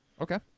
Okay